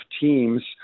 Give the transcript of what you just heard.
teams